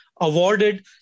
awarded